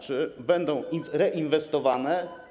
Czy będą reinwestowane?